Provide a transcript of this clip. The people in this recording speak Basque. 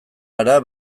gara